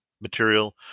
material